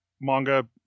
manga